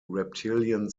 reptilian